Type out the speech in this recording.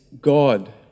God